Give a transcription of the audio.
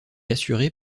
assurées